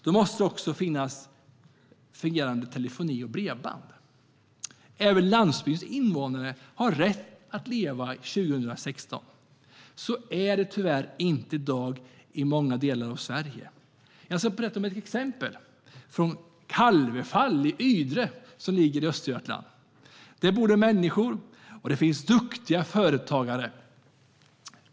Då måste det också finnas fungerande telefoni och bredband. Även landsbygdens invånare har rätt att leva i 2016, men i många delar av Sverige är det tyvärr inte så i dag. Jag ska berätta om ett exempel från Kalvefall i Ydre, som ligger i Östergötland. Där bor det människor, och det finns duktiga företagare.